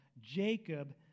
Jacob